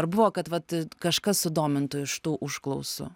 ar buvo kad vat kažkas sudomintų iš tų užklausų